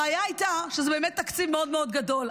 הבעיה הייתה שזה באמת תקציב מאוד מאוד גדול.